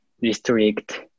Restrict